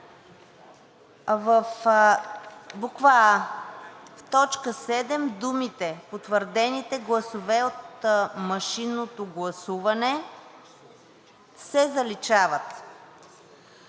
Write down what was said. „а) в т. 7 думите „потвърдените гласове от машинното гласуване“ се заличават.